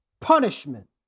punishment